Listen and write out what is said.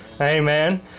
Amen